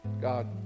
God